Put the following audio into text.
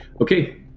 Okay